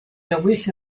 dywyll